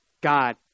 God